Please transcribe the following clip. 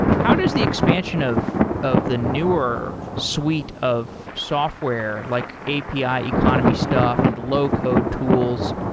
how does the expansion of of the newer suite of software like api ah economy stuff and low-code tools,